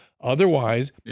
Otherwise